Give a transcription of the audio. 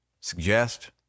suggest